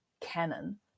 canon